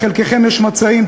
לחלקכם יש מצעים,